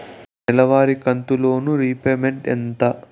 నెలవారి కంతు loan repayment ఎంత?